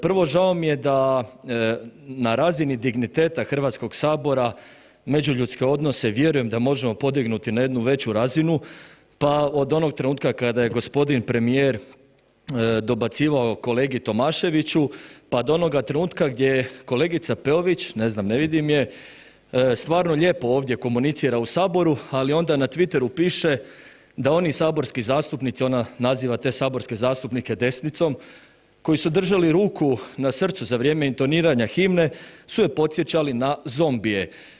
Prvo, žao mi je da na razini digniteta HS međuljudske odnose vjerujem da možemo podignuti na jednu veću razinu, pa od onog trenutka kada je g. premijer dobacivao kolegi Tomaševiću, pa do onoga trenutka gdje je kolegica Peović, ne znam, ne vidim je, stvarno lijepo ovdje komunicira u saboru, ali onda na Twitteru piše da oni saborski zastupnici, ona naziva te saborske zastupnike desnicom, koji su držali ruku na srcu za vrijeme intoniranja himne, su je podsjećali na zombije.